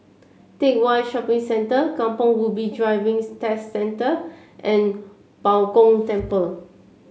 Teck Whye Shopping Centre Kampong Ubi Driving Test Centre and Bao Gong Temple